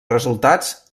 resultats